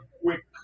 quick